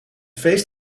feest